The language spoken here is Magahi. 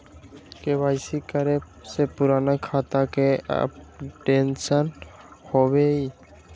के.वाई.सी करें से पुराने खाता के अपडेशन होवेई?